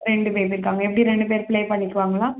ரெண்டு பேபி இருக்காங்க எப்படி ரெண்டு பேர் ப்ளே பண்ணிக்குவாங்களா